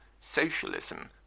Socialism